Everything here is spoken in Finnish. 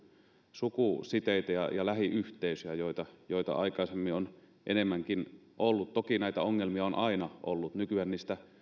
sukusiteitä ja ja lähiyhteisöjä joita joita aikaisemmin on enemmänkin ollut toki näitä ongelmia on aina ollut nykyään niistä